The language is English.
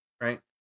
right